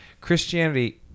Christianity